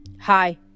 Hi